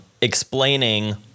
explaining